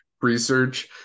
research